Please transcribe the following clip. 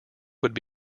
would